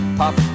pop